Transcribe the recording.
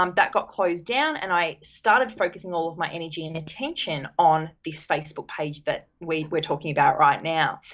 um that got closed down and i started focusing all of my energy and attention on this facebook page that we're talking about right now.